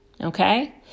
okay